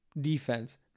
defense